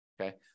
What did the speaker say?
okay